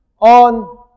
on